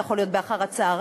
זה יכול להיות אחר הצהריים.